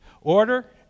Order